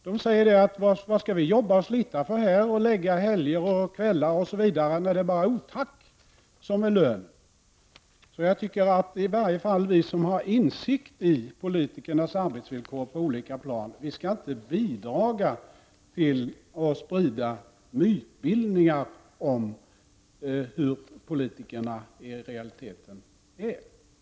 De säger: Varför skall vi jobba och slita, avsätta helger och kvällar, när det bara är otack som lön? Jag tycker i varje fall att vi som har insikt i politikernas arbetsvillkor på olika plan inte skall bidra till att sprida mytbildningar om hur politikerna i realiteten är.